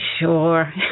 Sure